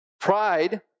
Pride